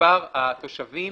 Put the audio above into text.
למספר התושבים